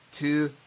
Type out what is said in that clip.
two